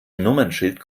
nummernschild